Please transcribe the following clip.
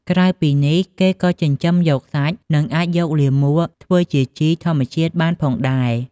ក្រៅពីនេះ គេក៏ចិញ្ចឹមយកសាច់ និងអាចយកលាមកធ្វើជាជីធម្មជាតិបានផងដែរ។